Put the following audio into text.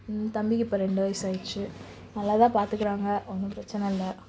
தம்பிக்கு இப்போ ரெண்டு வயது ஆகிடுச்சு நல்லா தான் பார்த்துக்கிறாங்க ஒன்றும் பிரச்சின இல்லை